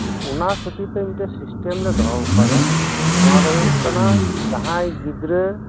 ᱚᱱᱟ ᱠᱷᱟᱹᱛᱤᱨ ᱛᱮ ᱢᱤᱫᱴᱮᱡ ᱥᱤᱥᱴᱮᱢ ᱞᱮ ᱫᱚᱦᱚᱣᱟᱠᱟᱫᱟ ᱱᱚᱣᱟ ᱫᱚ ᱦᱩᱭᱩᱜ ᱠᱟᱱᱟ ᱡᱟᱦᱟᱸᱭ ᱜᱤᱫᱽᱨᱟᱹ